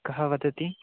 कः वदति